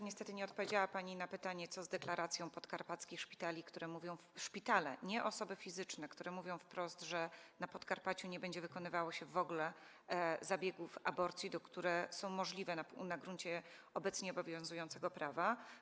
Niestety nie odpowiedziała pani na pytanie, co z deklaracją podkarpackich szpitali, które mówią - szpitale, nie osoby fizyczne - wprost, że na Podkarpaciu nie będzie wykonywało się w ogóle zabiegów aborcji, które są możliwe do przeprowadzenia na gruncie obecnie obowiązującego prawa.